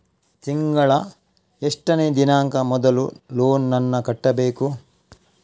ತಿಂಗಳ ಎಷ್ಟನೇ ದಿನಾಂಕ ಮೊದಲು ಲೋನ್ ನನ್ನ ಕಟ್ಟಬೇಕು?